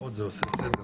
לפחות זה עושה סדר